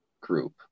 group